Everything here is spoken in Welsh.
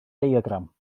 diagram